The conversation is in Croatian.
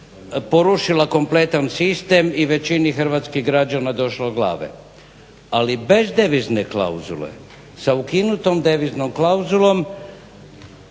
porušila kompletan sistem i većina hrvatskih građana došlo glave. Ali bez devizne klauzule sa ukinutom deviznom klauzulom